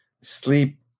sleep